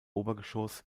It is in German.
obergeschoss